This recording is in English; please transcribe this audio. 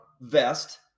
vest